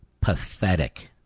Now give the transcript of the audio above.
Pathetic